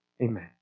Amen